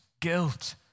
guilt